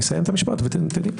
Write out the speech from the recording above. אסיים את המשפט ואומר.